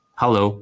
hello